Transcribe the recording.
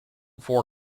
four